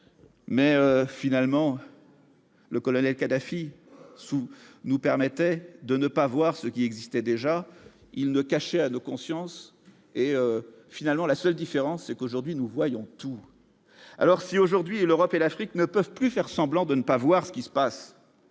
mais finalement. Le colonel Kadhafi sous nous permettaient de ne pas voir ce qui existait déjà, il ne cachait à nos consciences et finalement, la seule différence, c'est qu'aujourd'hui nous voyons tous alors si aujourd'hui et l'Europe et l'Afrique ne peuvent plus faire semblant de ne pas voir ce qui se passe